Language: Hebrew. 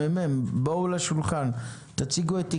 נציגי מרכז המחקר והמידע של הכנסת בואו